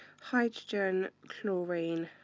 hydrogen, chlorine,